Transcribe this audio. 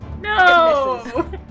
No